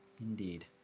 Indeed